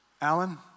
Alan